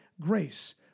Grace